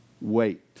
Wait